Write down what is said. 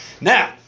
Now